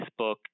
Facebook